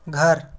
घर